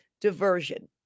Diversion